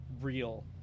real